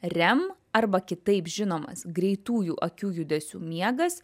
rem arba kitaip žinomas greitųjų akių judesių miegas